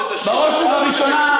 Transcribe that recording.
בראש ובראשונה,